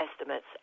estimates